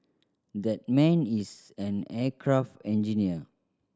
that man is an aircraft engineer